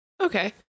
Okay